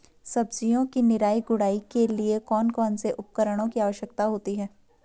सब्जियों की निराई गुड़ाई के लिए कौन कौन से उपकरणों की आवश्यकता होती है?